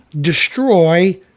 destroy